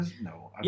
no